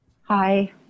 Hi